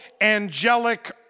angelic